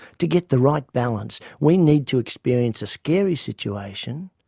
to get the right balance we need to experience a scary situation,